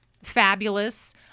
fabulous